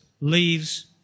leaves